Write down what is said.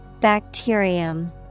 Bacterium